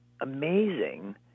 amazing